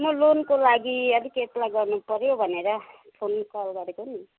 म लोनको लागि अलिक एप्लाई गर्नु पऱ्यो भनेर फोन कल गरेको नि